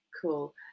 Cool